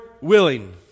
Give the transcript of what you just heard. willing